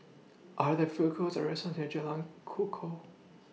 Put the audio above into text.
Are There Food Courts Or restaurants near Jalan Kukoh